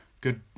Good